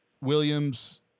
Williams